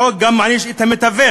החוק גם מעניש את המתווך,